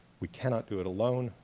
we cannot do it alone.